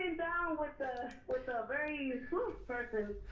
down with ah with a very cool person.